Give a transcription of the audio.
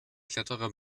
kletterer